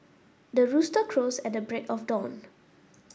the rooster crows at the break of dawn